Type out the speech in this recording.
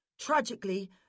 Tragically